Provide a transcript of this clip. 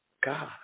God